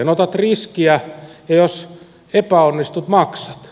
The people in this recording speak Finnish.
otat riskiä ja jos epäonnistut maksat